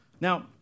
Now